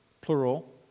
plural